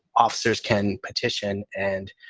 officers can petition and